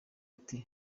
ati